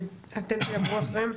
ואתם תדברו אחריהם.